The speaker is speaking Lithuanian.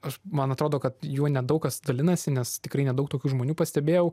aš man atrodo kad juo nedaug kas dalinasi nes tikrai nedaug tokių žmonių pastebėjau